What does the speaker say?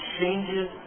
changes